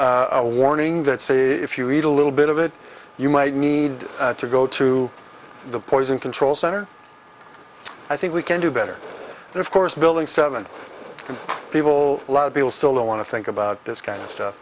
a warning that say if you eat a little bit of it you might need to go to the poison control center i think we can do better and of course building seven can people a lot of people still don't want to think about this kind of